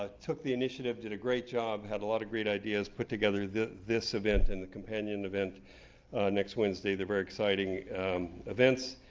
ah took the initiative, did a great job, had a lot of great ideas, put together this event and the companion event next wednesday. they're very exciting events,